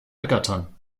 ergattern